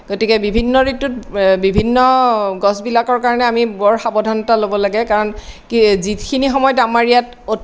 গতিকে বিভিন্ন ঋতুত বিভিন্ন গছ বিলাকৰ কাৰণে আমি বৰ সাৱধানতা ল'ব লাগে কাৰণ কি যিখিনি সময়ত আমাৰ ইয়াত